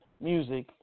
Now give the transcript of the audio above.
music